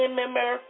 member